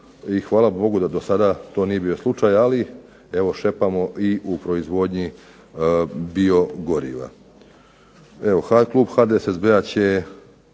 hvala Bogu da do sada to nije bio slučaj ali šepamo i u proizvodnji biogoriva.